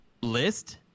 list